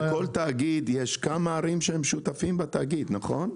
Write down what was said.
לכל תאגיד יש כמה ערים שהם שותפים בתאגיד, נכון?